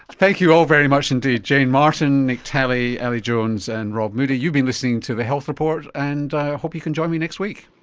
ah thank you all very much indeed. jane martin, nick talley, ali jones, and robert moodie. you've been listening to the health report, and i hope you can join me next week